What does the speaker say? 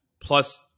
plus